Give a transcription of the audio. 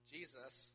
Jesus